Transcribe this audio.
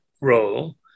role